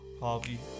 Harvey